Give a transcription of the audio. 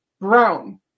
Brown